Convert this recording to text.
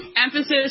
Emphasis